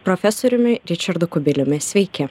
profesoriumi ričardu kubiliumi sveiki